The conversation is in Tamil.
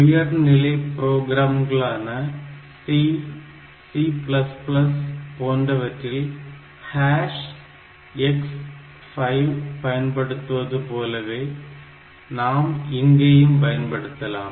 உயர்நிலை ப்ரோகிராம்களான C C போன்றவற்றில் கேஷ் X5 பயன்படுத்துவது போலவே நாம் இங்கேயும் பயன்படுத்தலாம்